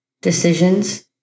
decisions